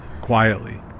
quietly